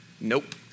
Nope